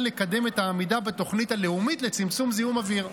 לקדם את העמידה בתוכנית הלאומית לצמצום זיהום אוויר.